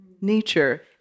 nature